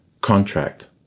contract